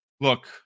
look